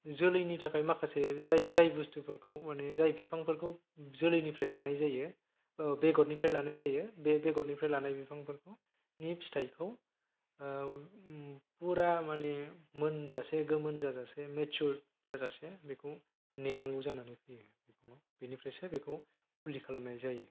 जोलैनि थाखाय माखासे जाय जाय बस्थुफोरखौ माने जाय बिफांफोरखौ जोलैनिफ्राय लानाय जायो बेगरनिफ्राय लानाय जायो बे बेगरनिफ्राय लानाय बिफांफोरनि फिथाइखौ फुरा माने मोनजासे गोमोन जाजासे मेचिउर जाजासे बेखौ नेनांगौ जानानै फैयो बेनिफ्रायसो बेखौ फुलि खालामनाय जायो